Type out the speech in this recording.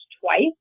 twice